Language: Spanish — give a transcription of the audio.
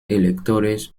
electores